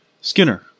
Skinner